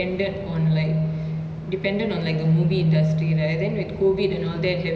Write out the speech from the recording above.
um theatres nobody can go in and watch the movie so like con~ confirm எல்லாரு கஷ்டபட்டிருபாங்க:ellaaru kastapattirupaanga